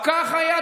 רגע, כך היה.